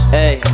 Hey